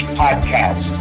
podcast